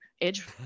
edge